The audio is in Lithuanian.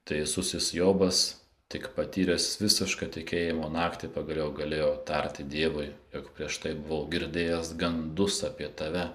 teisusis jobas tik patyręs visišką tikėjimo naktį pagaliau galėjo tarti dievui jog prieš tai buvau girdėjęs gandus apie tave